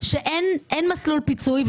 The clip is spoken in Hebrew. שאין מסלול פיצוי.